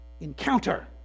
encounter